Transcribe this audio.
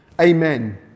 Amen